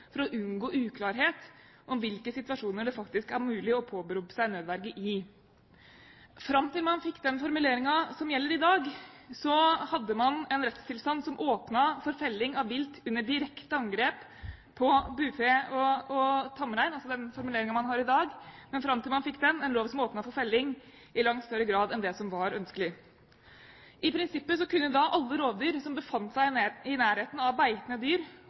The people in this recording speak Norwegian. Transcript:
for å unngå uklarhet om i hvilke situasjoner det faktisk er mulig å påberope seg nødverge. Fram til man fikk den formuleringen som gjelder i dag, hadde man en rettstilstand som åpnet for felling av vilt under direkte angrep på bufe og tamrein – altså den formuleringen man har i dag. Men fram til man fikk den, hadde man en lov som åpnet for felling i langt større grad enn det som var ønskelig. I prinsippet kunne da alle rovdyr som befant seg i nærheten av beitende dyr,